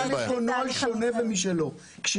בסדר.